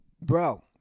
Bro